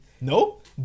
Nope